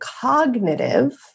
cognitive